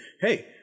Hey